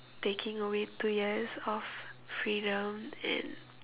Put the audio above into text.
taking away two years of freedom and